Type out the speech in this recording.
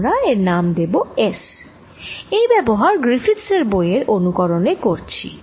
আমরা এর নাম দেব S এই ব্যবহার গ্রিফিথস এর বই এর অনুকরনে করছি